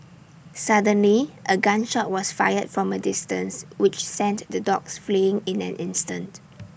suddenly A gun shot was fired from A distance which sent the dogs fleeing in an instant